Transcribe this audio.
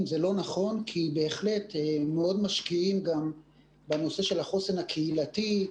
כי משקיעים מאוד גם בנושא של החוסן הקהילתי.